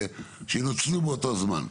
שינוצלו באותו זמן.